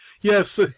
Yes